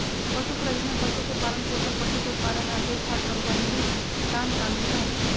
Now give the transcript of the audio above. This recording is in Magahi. पशु प्रजनन में पशु के पालनपोषण, पशु के उत्पादन आर देखभाल सम्बंधी काम शामिल हय